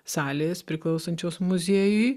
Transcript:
salės priklausančios muziejui